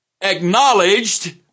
acknowledged